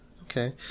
Okay